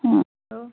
ꯑꯥ hello